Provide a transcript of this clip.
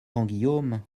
grandguillaume